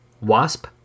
Wasp